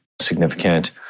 significant